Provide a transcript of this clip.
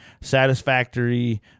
Satisfactory